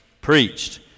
preached